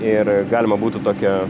ir galima būtų tokią